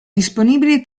disponibili